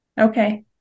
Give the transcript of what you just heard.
Okay